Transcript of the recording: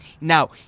Now